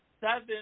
seven